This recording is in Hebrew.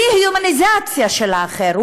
דה-הומניזציה של האחר,